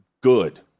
good